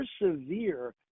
persevere